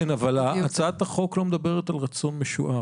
כן, אבל הצעת החוק לא מדברת על רצון משוער.